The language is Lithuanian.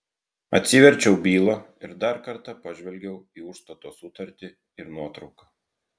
atsiverčiau bylą ir dar kartą pažvelgiau į užstato sutartį ir nuotrauką